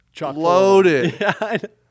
loaded